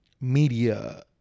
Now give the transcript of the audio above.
media